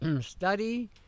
study